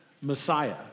Messiah